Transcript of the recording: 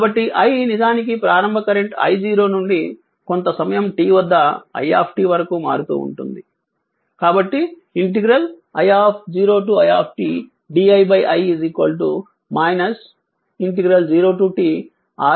కాబట్టి i నిజానికి ప్రారంభ కరెంట్ I0 నుండి కొంత సమయం t వద్ద i వరకు మారుతూ ఉంటే కాబట్టి iidii 0t R L dt